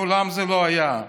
מעולם זה לא היה.